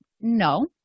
No